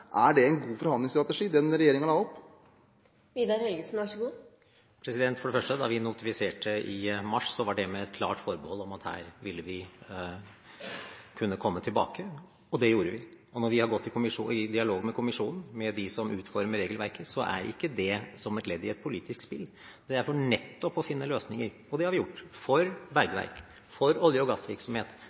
god forhandlingsstrategi? For det første: Da vi notifiserte i mars, var det med et klart forbehold om at vi her ville kunne komme tilbake, og det gjorde vi. Når vi har gått i dialog med kommisjonen og de som utformer regelverket, er ikke det som et ledd i et politisk spill. Det er nettopp for å finne løsninger. Det har vi gjort for bergverk, olje- og gassvirksomhet